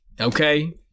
Okay